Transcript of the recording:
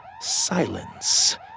Silence